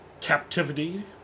captivity